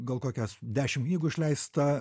gal kokios dešim knygų išleista